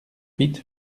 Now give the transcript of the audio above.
huit